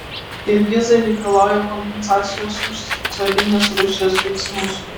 kirgizai reikalauja kompensacijos už carinės rusijos veiksmus